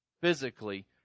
physically